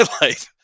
life